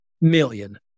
million